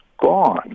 gone